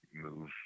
move